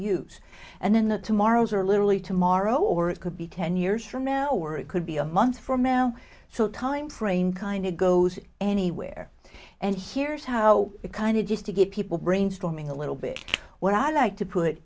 use and in the tomorrows are literally tomorrow or it could be ten years from now or it could be a month from now so timeframe kind of goes anywhere and here's how it kind of just to get people brainstorming a little bit what i like to put